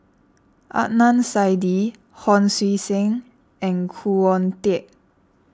Adnan Saidi Hon Sui Sen and Khoo Oon Teik